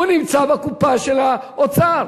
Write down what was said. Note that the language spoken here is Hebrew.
הוא נמצא בקופה של האוצר.